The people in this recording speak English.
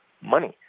money